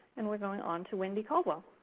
and we're going onto wendy caldwell.